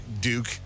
Duke